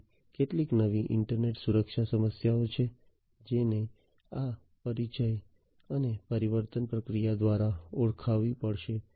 તેથી કેટલીક નવી ઇન્ટરનેટ સુરક્ષા સમસ્યાઓ છે જેને આ પરિચય અને પરિવર્તન પ્રક્રિયા દ્વારા ઓળખવી પડશે